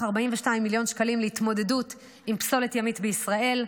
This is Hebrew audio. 42 מיליון שקלים להתמודדות עם פסולת ימית בישראל.